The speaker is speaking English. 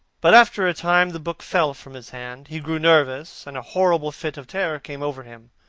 but after a time the book fell from his hand. he grew nervous, and a horrible fit of terror came over him.